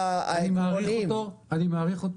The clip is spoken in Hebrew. אני מעריך אותו,